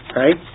right